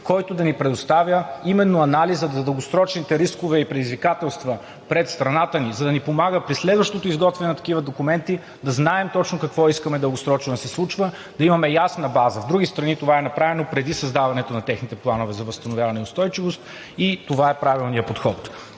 който да ни предоставя именно анализа за дългосрочните рискове и предизвикателства пред страната ни, за да ни помага при следващото изготвяне на такива документи да знаем точно какво искаме дългосрочно да се случва, да имаме ясна база. В други страни това е направено преди създаването на техните планове за възстановяване и устойчивост и това е правилният подход.